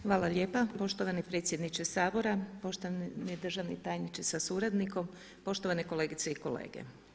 Hvala lijepa poštovani predsjedniče sabora, poštovani državni tajniče sa suradnikom, poštovane kolege i kolege.